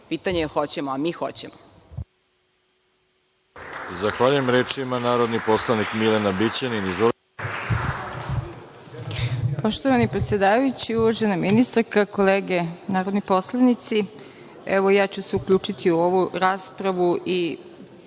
Pitanje je hoćemo, a mi hoćemo.